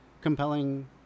compelling